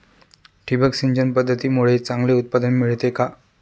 ठिबक सिंचन पद्धतीमुळे चांगले उत्पादन मिळते का?